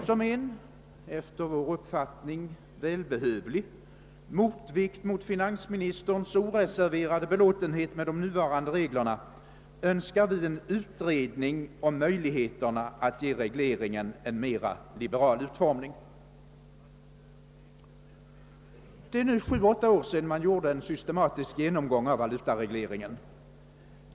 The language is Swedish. Som en — enligt vår uppfattning välbehövlig — motvikt mot finansministerns så oreserverade belåtenhet med de nuvarande reglerna önskar vi en utredning om möjligheterna att ge regleringen en mera liberal utformning. Det är nu sju, åtta år sedan man gjorde en systematisk genomgång av valutaregleringen.